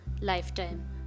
lifetime